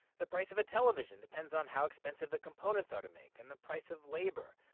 the price of a television depends on how expensive the components are to make and the price of labor.